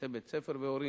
יחסי בית-ספר והורים,